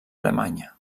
alemanya